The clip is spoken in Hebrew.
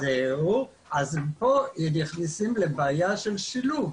אז פה נכנסים לבעיה של שילוב.